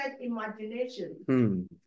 imagination